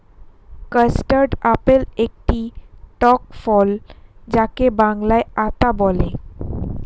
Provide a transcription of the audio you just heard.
custard apple একটি টক ফল যাকে বাংলায় আতা বলে